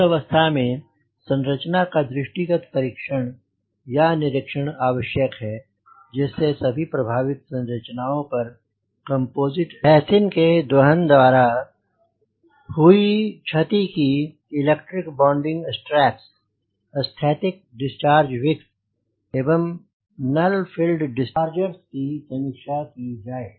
इस अवस्था में संरचना का दृष्टि गत परीक्षण या निरीक्षण आवश्यक है जिसमे सभी प्रभावित संरचनाओं पर कम्पोजिट रैसिन के दहन द्वारा हुई क्षति की इलेक्ट्रिकल बॉन्डिंग स्ट्रैप्स स्थैतिक डिस्चार्ज विक्स एवं नल फ़ील्ड डिस्चार्जेर्स की समीक्षा की जाए